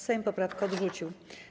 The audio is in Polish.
Sejm poprawkę odrzucił.